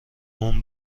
اون